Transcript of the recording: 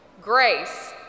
Grace